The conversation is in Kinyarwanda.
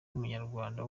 munyarwanda